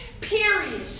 Period